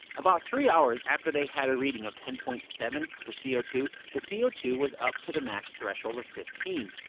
about three hours after they had a reading of ten point seven for c o two, the c o two was up to the max threshold of fifteen.